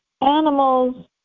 animals